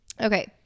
okay